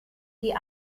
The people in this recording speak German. die